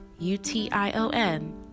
U-T-I-O-N